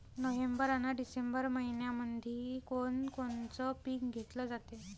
November अन December मइन्यामंधी कोण कोनचं पीक घेतलं जाते?